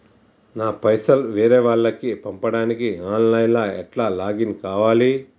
నా పైసల్ వేరే వాళ్లకి పంపడానికి ఆన్ లైన్ లా ఎట్ల లాగిన్ కావాలి?